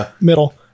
middle